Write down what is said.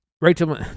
rachel